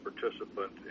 participant